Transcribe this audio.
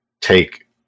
take